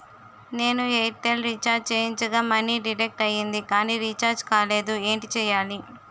నేను Airtel recharge చేయించగా money deduct అయ్యింది కానీ రీఛార్జ్ కాలేదు ఏంటి చేయాలి?